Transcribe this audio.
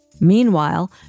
Meanwhile